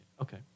Okay